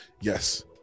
Yes